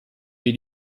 wie